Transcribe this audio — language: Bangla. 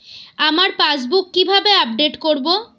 আমার পাসবুক কিভাবে আপডেট করবো?